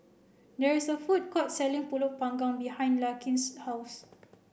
there is a food court selling Pulut panggang behind Larkin's house